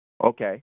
Okay